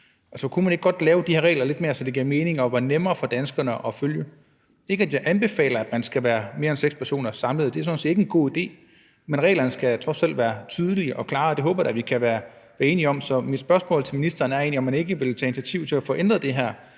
Kunne man ikke godt lave de her regler lidt mere sådan, at det gav mening og var nemmere for danskerne at følge dem? Det er ikke, fordi jeg anbefaler, at man skal være mere end seks personer samlet – det er sådan set ikke en god idé – men reglerne skal jo trods alt være tydelige og klare, og det håber jeg da vi kan være enige om. Så mit spørgsmål til ministeren er egentlig, om man ikke vil tage initiativ til at få ændret den her